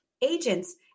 agents